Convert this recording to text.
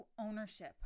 ownership